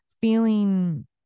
feeling